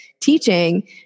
teaching